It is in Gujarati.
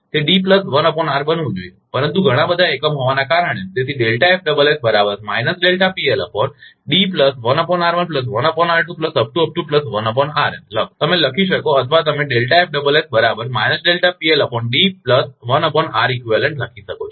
તે બનવું જોઈએ પરંતુ ઘણા બધા એકમો હોવાને કારણે તેથી લખો તમે લખી શકો અથવા તમે લખી શકો છો